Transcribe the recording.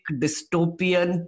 dystopian